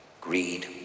Greed